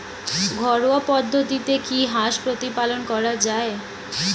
ঘরোয়া পদ্ধতিতে কি হাঁস প্রতিপালন করা যায়?